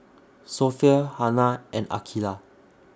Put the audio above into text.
Sofea Hana and Aqilah